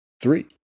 Three